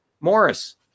Morris